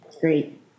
Great